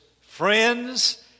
friends